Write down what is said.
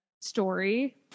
story